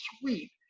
sweet